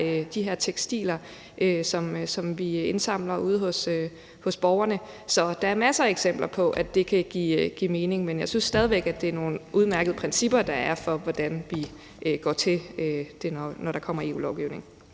de her tekstiler, som vi indsamler ude hos borgerne. Så der er masser af eksempler på, at det kan give mening, men jeg synes stadig væk, det er nogle udmærkede principper, der er, for, hvordan vi går til det, når der kommer EU-lovgivning.